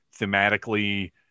thematically